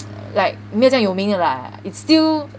like 没有这样有名的 lah it's still